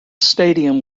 stadium